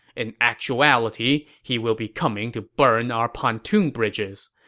in actuality, he will be coming to burn our pontoon bridges.